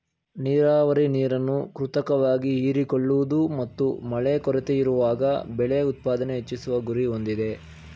ನೀರಾವರಿ ನೀರನ್ನು ಕೃತಕವಾಗಿ ಹೀರಿಕೊಳ್ಳುವುದು ಮತ್ತು ಮಳೆ ಕೊರತೆಯಿರುವಾಗ ಬೆಳೆ ಉತ್ಪಾದನೆ ಹೆಚ್ಚಿಸುವ ಗುರಿ ಹೊಂದಿದೆ